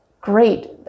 Great